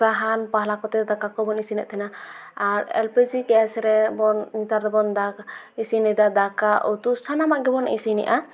ᱥᱟᱦᱟᱱ ᱯᱟᱞᱟ ᱠᱚᱛᱮ ᱫᱟᱠᱟ ᱠᱚᱵᱚᱱ ᱤᱥᱤᱱᱮᱫ ᱛᱟᱦᱮᱱᱟ ᱟᱨ ᱮᱞ ᱯᱤ ᱡᱤ ᱜᱮᱥ ᱨᱮᱵᱚᱱ ᱱᱮᱛᱟᱨ ᱫᱚᱵᱚᱱ ᱫᱟᱜ ᱤᱥᱤᱱᱮᱫᱟ ᱫᱟᱠᱟ ᱩᱛᱩ ᱥᱟᱱᱟᱢᱟᱜ ᱜᱮᱵᱚᱱ ᱤᱥᱤᱱᱮᱜᱼᱟ